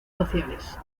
sociales